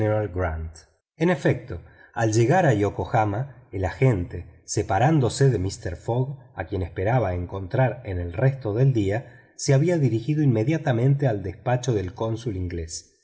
en efecto al llegar a yokohama el agente separándose de mister fogg a quien esperaba encontrar en el resto del día se había dirigido inmediatamente al despacho del cónsul inglés